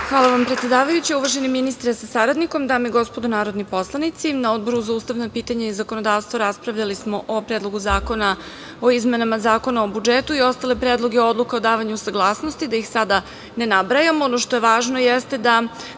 Hvala vam, predsedavajuća. Uvaženi ministre sa saradnikom, dame i gospodo narodni poslanici, na Odboru za ustavna pitanja i zakonodavstvo raspravljali smo o Predlogu zakona o izmenama Zakona o budžetu i ostale predloge odluka o davanju saglasnosti, da ih sada ne nabrajam. Ono što je važno jeste da